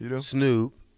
Snoop